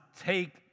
take